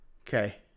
Okay